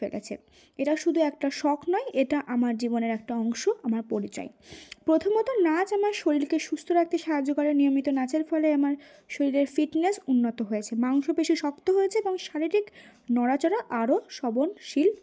ফেলেছে এটা শুধু একটা শখ নয় এটা আমার জীবনের একটা অংশ আমার পরিচয় প্রথমত নাচ আমার শরীরকে সুস্থ রাখতে সাহায্য করে নিয়মিত নাচের ফলে আমার শরীরের ফিটনেস উন্নত হয়েছে মাংস পেশি শক্ত হয়েছে এবং শারীরিক নড়াচড়া আরও সহনশীল